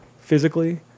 physically